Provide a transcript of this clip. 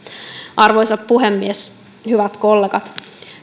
arvoisa puhemies hyvät kollegat